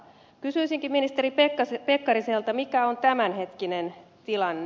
kysyisinkin ministeri pekkariselta mikä on tämän hetkinen tilanne